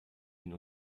den